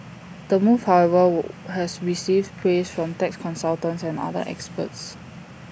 the move however has received praise from tax consultants and other experts